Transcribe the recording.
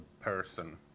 person